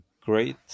great